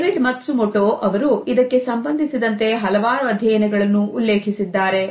David Matsumoto ಅವರು ಇದಕ್ಕೆ ಸಂಬಂಧಿಸಿದಂತೆ ಹಲವಾರು ಅಧ್ಯಯನಗಳನ್ನು ಉಲ್ಲೇಖಿಸಿದ್ದಾರೆ